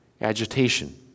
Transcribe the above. Agitation